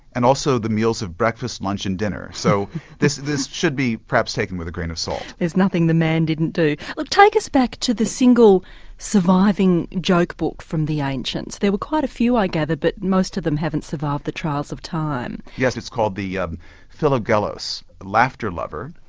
and also the meals of lunch and dinner. so this this should be perhaps taken with a grain of salt. there's nothing the man didn't do. look, take us back to the single surviving joke book from the ancients there were quite a few i gather but most of them haven't survived the trials of time. yes, it's called the um philagelos laughter lover,